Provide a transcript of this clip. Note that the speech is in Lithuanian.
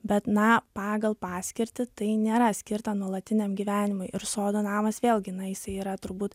bet na pagal paskirtį tai nėra skirta nuolatiniam gyvenimui ir sodo namas vėlgi na jisai yra turbūt